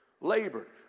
labored